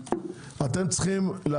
בשביל מה כל הדברים האלה?